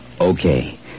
Okay